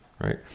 right